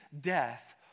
death